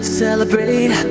celebrate